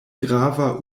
grava